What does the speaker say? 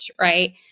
right